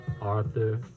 Arthur